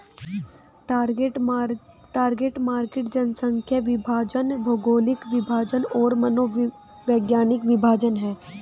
target market जनसांख्यिकीय विभाजन, भौगोलिक विभाजन और मनोवैज्ञानिक विभाजन हैं